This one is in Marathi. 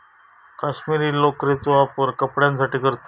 कश्मीरी लोकरेचो वापर कपड्यांसाठी करतत